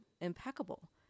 impeccable